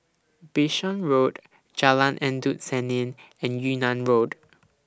Bishan Road Jalan Endut Senin and Yunnan Road